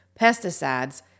pesticides